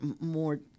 more